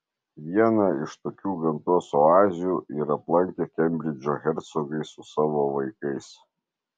vieną iš tokių gamtos oazių ir aplankė kembridžo hercogai su savo vaikais